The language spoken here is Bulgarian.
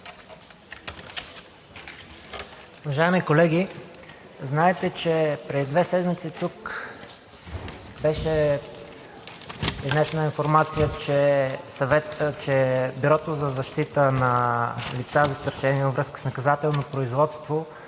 Уважаеми колеги, знаете, че преди две седмици тук беше изнесена информация, че Бюрото за защита на лица, застрашени във връзка с наказателно производство,